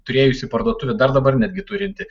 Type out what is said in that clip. turėjusį parduotuvę dar dabar netgi turintį